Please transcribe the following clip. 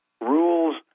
rules